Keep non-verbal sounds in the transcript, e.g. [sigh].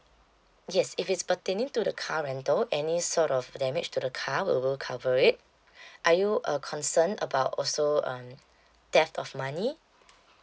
yes if it's pertaining to the car rental any sort of damage to the car we will cover it [breath] are you uh concern about also um theft of money